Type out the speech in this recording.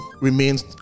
remains